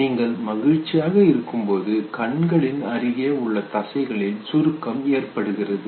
நீங்கள் மகிழ்ச்சியாக இருக்கும் பொழுது கண்களின் அருகே உள்ள தசைகளில் சுருக்கம் ஏற்படுகிறது